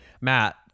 matt